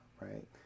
Right